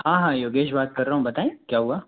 हाँ हाँ योगेश बात कर रहा हूँ बताऍं क्या हुआ